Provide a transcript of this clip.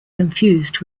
confused